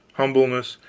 humbleness,